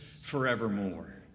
forevermore